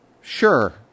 Sure